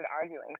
arguing